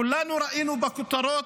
כולנו ראינו בכותרות,